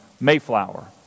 Mayflower